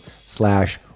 slash